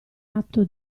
atto